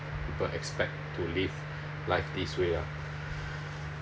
people expect to live life this way ah